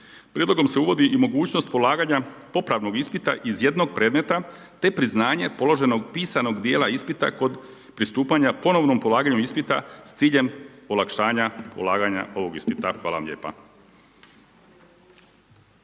Prijedlogom se uvodi i mogućnost polaganja popravnog ispita iz jednog predmeta te priznaje položenog pisanog djela ispita kod pristupanja ponovnog polaganju ispita s ciljem olakšanja polaganja ovog ispita. Hvala vam lijepa.